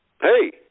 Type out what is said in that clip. Hey